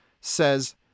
says